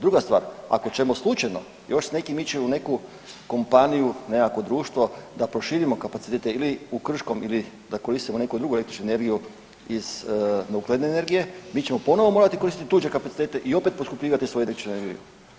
Druga stvar, ako ćemo slučajno još s nekim ići u nekakvu kompaniju, nekakvo društvo da proširimo kapacitete ili u Krškom ili da koristimo neku drugu električnu energiju iz nuklearne energije mi ćemo ponovo morati koristiti tuđe kapacitete i opet poskupljivati svoju električnu energiju.